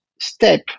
step